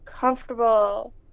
comfortable